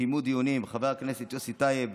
שקיימו דיונים: חבר הכנסת יוסי טייב,